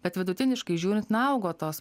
bet vidutiniškai žiūrint na augo tos